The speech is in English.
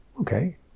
okay